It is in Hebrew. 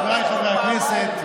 חבריי חברי הכנסת,